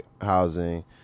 housing